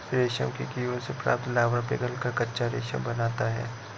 रेशम के कीड़ों से प्राप्त लार्वा पिघलकर कच्चा रेशम बनाता है